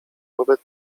wobec